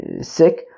sick